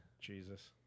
Jesus